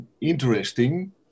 interesting